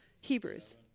Hebrews